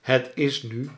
het is nu